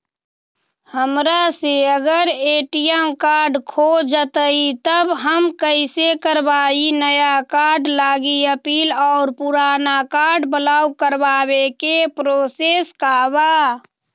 हमरा से अगर ए.टी.एम कार्ड खो जतई तब हम कईसे करवाई नया कार्ड लागी अपील और पुराना कार्ड ब्लॉक करावे के प्रोसेस का बा?